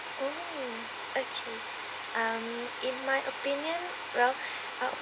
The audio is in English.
mm okay um in my opinion well